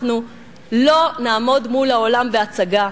אנחנו לא נעמוד מול העולם בהצגה,